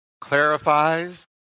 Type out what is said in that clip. clarifies